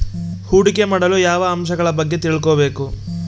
ಹೂಡಿಕೆ ಮಾಡಲು ಯಾವ ಅಂಶಗಳ ಬಗ್ಗೆ ತಿಳ್ಕೊಬೇಕು?